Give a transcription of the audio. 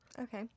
Okay